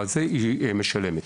משלמת.